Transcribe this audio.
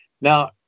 Now